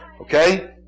Okay